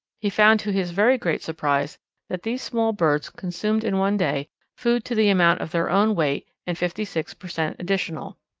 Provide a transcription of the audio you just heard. he found to his very great surprise that these small birds consumed in one day food to the amount of their own weight and fifty six per cent. additional.